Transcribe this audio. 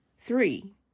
three